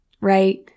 right